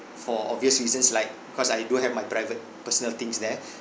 for obvious reasons like cause I do have my private personal things there